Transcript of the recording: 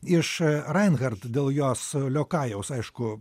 iš rinehart dėl jos liokajaus aišku